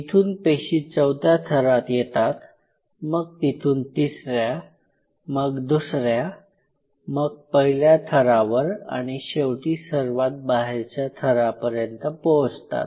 इथून पेशी चौथ्या थरात येतात मग तिथून तिसर्या मग दुसऱ्या मग पहिल्या थरावर आणि शेवटी सर्वात बाहेरच्या थरापर्यंत पोहोचतात